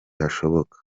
hashoboka